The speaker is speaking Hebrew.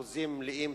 הכרוזים מלאים